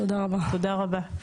תודה רבה.